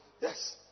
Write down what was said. Yes